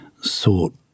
sought